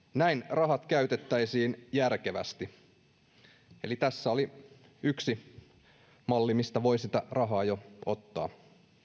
näin rahat käytettäisiin järkevästi eli tässä oli yksi malli mistä voi sitä rahaa jo ottaa